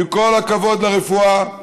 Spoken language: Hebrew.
ועם כל הכבוד לרפואה,